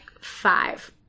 five